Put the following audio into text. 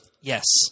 Yes